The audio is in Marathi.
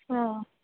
हा